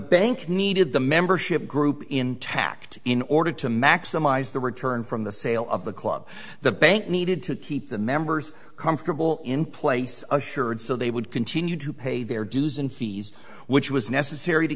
bank needed the membership group intact in order to maximize the return from the sale of the club the bank needed to keep the members comfortable in place assured so they would continue to pay their dues and he's which was necessary to